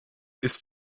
ist